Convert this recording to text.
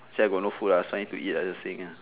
actual I got not food ah so I need to eat ah just saying ah